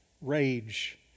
rage